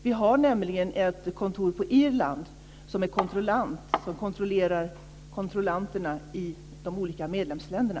Vi har nämligen ett kontor på Irland som fungerar som kontrollant och som kontrollerar kontrollanterna i de olika medlemsländerna.